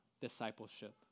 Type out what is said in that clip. discipleship